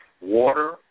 water